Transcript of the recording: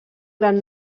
gran